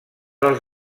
als